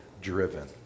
driven